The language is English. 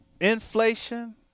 inflation